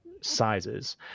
sizes